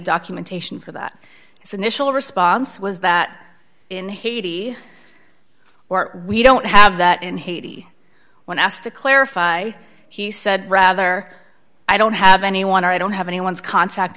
documentation for that so initially response was that in haiti or we don't have that in haiti when asked to clarify he said rather i don't have anyone or i don't have anyone's contact